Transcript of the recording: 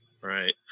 Right